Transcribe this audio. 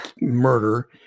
murder